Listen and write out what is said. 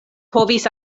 povis